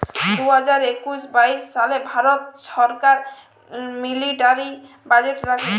দু হাজার একুশ বাইশ সালে ভারত ছরকার মিলিটারি বাজেট রাখে